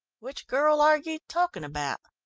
which girl are you talking about?